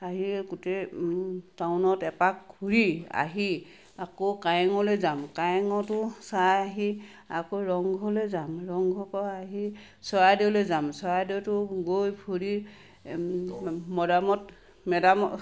আহি গোটেই টাউনত এপাক ফুৰি আহি আকৌ কাৰেঙলৈ যাম কাৰেঙতো চাই আহি আকৌ ৰং ঘৰলৈ যাম ৰংঘৰৰ পৰাও আহি চৰাইদেউলৈ যাম চৰাইদেউতো গৈ ফুৰি মৈদামত মেদাম